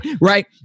right